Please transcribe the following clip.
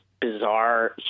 bizarre